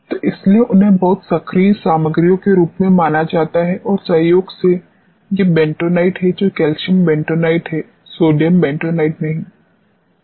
तो इसीलिए उन्हें बहुत सक्रिय सामग्रियों के रूप में माना जाता है और संयोग से ये बेंटोनाइट हैं जो कैल्शियम बेंटोनाइट हैं सोडियम बेंटोनाइट नहीं